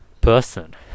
person